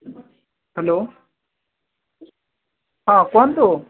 hello ହଁ କୁହନ୍ତୁ